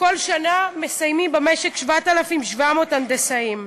בכל שנה מסיימים במשק 7,700 הנדסאים.